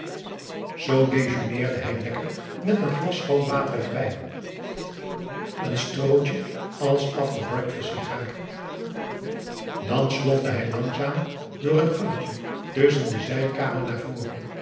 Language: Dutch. z dejeuneerde hij lekker met een glas schoon water erbij een strootje als after breakfast sigaar dan slofte hij langzaam door een gangetje tusschen de zijkamer naar voren